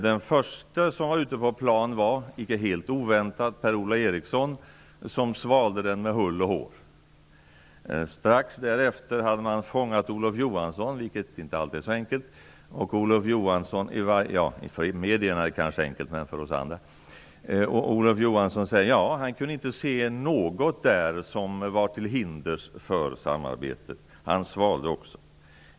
Den som först var ute på plan var, icke helt oväntat, Per-Ola Eriksson, som svalde den med hull och hår. Strax därefter fångade man Olof Johansson - vilket inte alltid är så enkelt; kanske för medierna men inte för oss andra - och han sade att han inte kunde se något där som var till hinders för samarbetet. Han svalde den också.